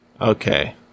Okay